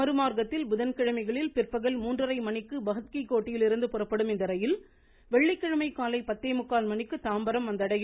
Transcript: மறுமார்க்கத்தில் புதன்கிழமைகளில் பிற்பகல் மூன்றரை மணிக்கு பகத் கீ கோட்டிலிருந்து புறப்படும் இந்த ரயில் வெள்ளிக்கிழமை காலை பத்தே முக்கால் மணிக்கு தாம்பரம் வந்தடையும்